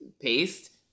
paste